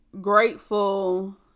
grateful